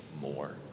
more